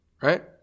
right